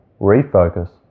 refocus